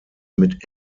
mit